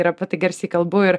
ir apie tai garsiai kalbu ir